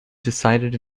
decided